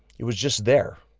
it was just there.